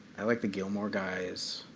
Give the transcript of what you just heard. i like the gilmore guys.